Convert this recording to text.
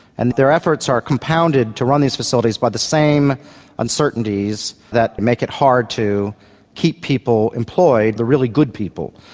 and their efforts are compounded to run these facilities by the same uncertainties that make it hard to keep people employed, the really good people.